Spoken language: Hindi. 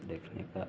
देखने का